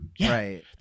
Right